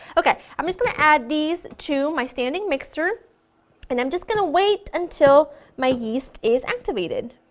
okay, i'm just going to add these to my standing mixer and i'm just going to wait until my yeast is activated.